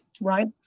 Right